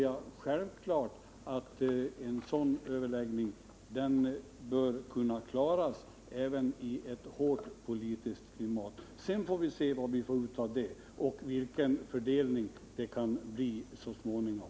Jag anser att en sådan överläggning självklart bör kunna klaras även i ett hårt politiskt klimat. Sedan får vi se vad vi får ut av det och vilka fördelarna kan bli så småningom.